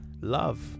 Love